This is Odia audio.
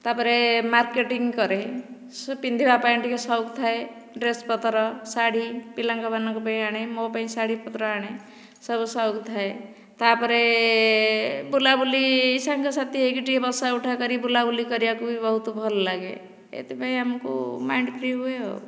ତା'ପରେ ମାର୍କେଟିଙ୍ଗ କରେ ପିନ୍ଧିବା ପାଇଁ ଟିକେ ସଉକ ଥାଏ ଡ୍ରେସପତ୍ର ଶାଢ଼ୀ ପିଲାଙ୍କ ମାନଙ୍କ ପାଇଁ ଆଣେ ମୋ ପାଇଁ ଶାଢ଼ୀପତ୍ର ଆଣେ ସବୁ ସଉକ ଥାଏ ତା'ପରେ ବୁଲାବୁଲି ସାଙ୍ଗସାଥି ହୋଇକି ଟିକେ ବସାଉଠା କରି ବୁଲା ବୁଲି କରିବାକୁ ବି ବହୁତ ଭଲ ଲାଗେ ସେଥିପାଇଁ ଆମକୁ ମାଇଣ୍ଡ ଫ୍ରି ହୁଏ ଆଉ